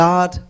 God